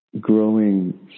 growing